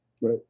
Right